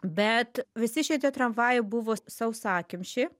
bet visi šitie tramvajai buvo sausakimši